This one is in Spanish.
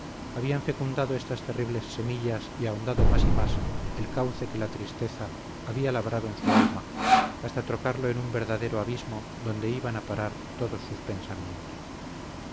habían fecundado estas terribles semillas y ahondado más y más el cauce que la tristeza había labrado en su alma hasta trocarlo en un verdadero abismo donde iban a parar todos sus pensamientos